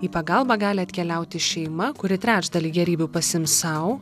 į pagalbą gali atkeliauti šeima kuri trečdalį gėrybių pasiims sau